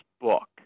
book